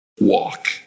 walk